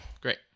Great